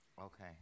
Okay